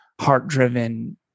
heart-driven